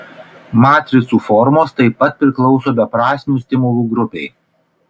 matricų formos taip pat priklauso beprasmių stimulų grupei